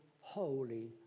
Holy